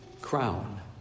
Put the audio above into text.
crown